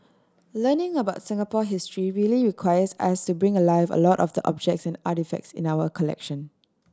learning about Singapore history really requires us to bring alive a lot of the objects and artefacts in our collection